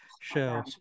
show